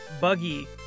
Buggy